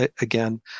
again